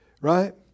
Right